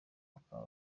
bakaba